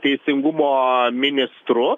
teisingumo ministru